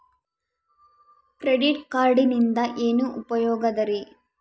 Credit ಕಾರ್ಡಿನಿಂದ ಏನು ಉಪಯೋಗದರಿ?